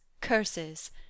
curses